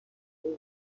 خوبی